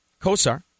Kosar